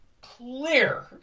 clear